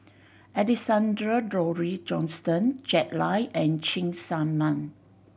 Alexander Laurie Johnston Jack Lai and Cheng Tsang Man